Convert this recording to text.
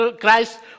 Christ